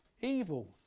evil